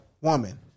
woman